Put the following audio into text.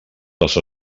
les